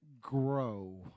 grow